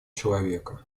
человека